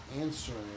answering